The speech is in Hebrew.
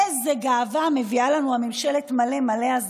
איזו גאווה מביאה לנו ממשלת מלא מלא הזו.